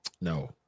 No